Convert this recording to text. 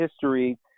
history